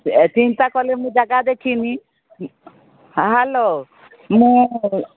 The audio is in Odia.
ଏ ଚିନ୍ତା କଲେ ମୁଁ ଜାଗା ଦେଖିନି ହେଲୋ ମୁଁ